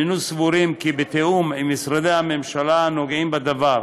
הננו סבורים כי בתיאום עם משרדי הממשלה הנוגעים הדבר,